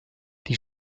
die